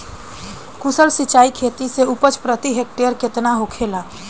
कुशल सिंचाई खेती से उपज प्रति हेक्टेयर केतना होखेला?